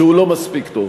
שהוא לא מספיק טוב,